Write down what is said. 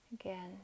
Again